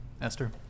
Esther